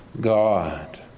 God